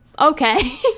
okay